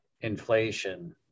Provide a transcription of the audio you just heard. inflation